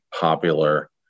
popular